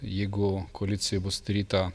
jeigu koalicija bus sudaryta